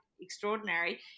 extraordinary